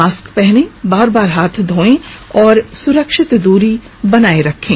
mask पहने बार बार हाथ धोएं और सुरक्षित दूरी बनाए रखें